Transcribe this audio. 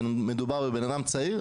מדובר בבן אדם צעיר,